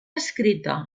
escrita